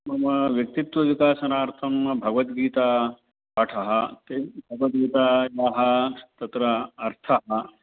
मम व्यक्तित्वविकासनार्थं भगवद्गीतायाः पाठः ते भगवद्गीतायाः तत्र अर्थः